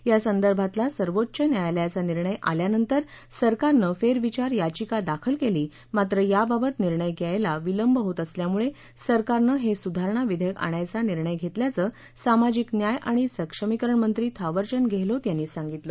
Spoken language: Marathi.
यासंदर्भातला सर्वोच्च न्यायालयाचा निर्णय आल्यानंतर सरकारनं फेरविचार याचिका दाखल केली मात्र याबाबत निर्णय यायला विलंब होत असल्यामुळे सरकारनं हे सुधारणा विधेयक आणायचा निर्णय घेतल्याचं सामाजिक न्याय आणि सक्षमीकरण मंत्री थावरचंद गहलोत यांनी सांगितलं